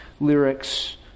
lyrics